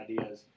ideas